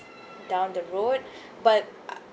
down the road but